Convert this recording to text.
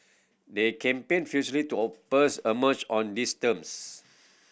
they campaigned furiously to oppose a merger on these terms